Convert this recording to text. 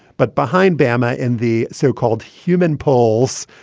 but behind bama in the so-called human polls,